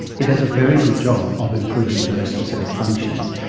it does a very good job of improving those specific functions.